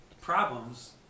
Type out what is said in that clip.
problems